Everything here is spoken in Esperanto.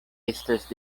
estas